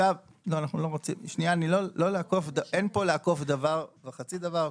אין פה לאכוף דבר וחצי דבר.